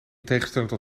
tegenstelling